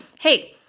hey